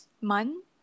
month